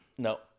No